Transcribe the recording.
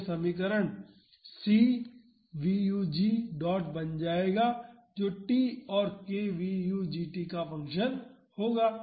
तो यह समीकरण c v u g dot बन जाएगा जो t और k v u g t का फंक्शन होगा